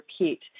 repeat